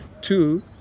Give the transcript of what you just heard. Two